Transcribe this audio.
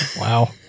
wow